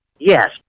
Yes